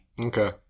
Okay